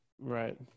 Right